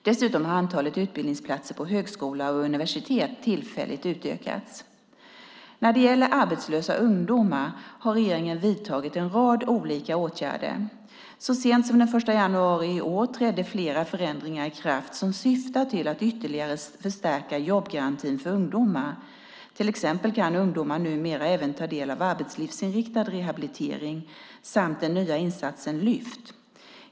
Dessutom har antalet utbildningsplatser på högskola och universitet tillfälligt utökats. När det gäller arbetslösa ungdomar har regeringen vidtagit en rad olika åtgärder. Så sent som den 1 januari i år trädde flera förändringar i kraft som syftar till att ytterligare förstärka jobbgarantin för ungdomar. Till exempel kan ungdomar numera även ta del av arbetslivsinriktad rehabilitering samt den nya insatsen Lyft.